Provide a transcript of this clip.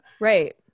right